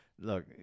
look